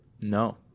No